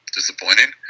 Disappointing